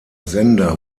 sender